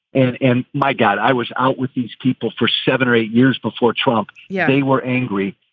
and and my god, i was out with these people for seven or eight years before trump. yeah they were angry.